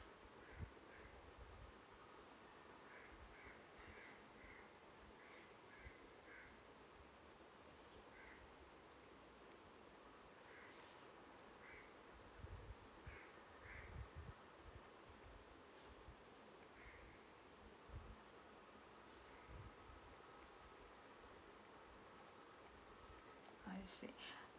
I see